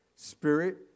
Spirit